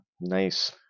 nice